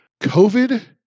COVID